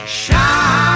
shine